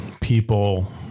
people